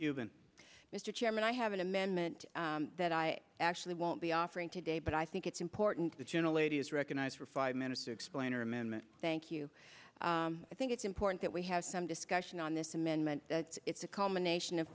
chairman i have an amendment that i actually won't be offering today but i think it's important that general ladies recognize for five minutes to explain or amendment thank you i think it's important that we have some discussion on this amendment that it's a combination of